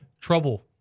Trouble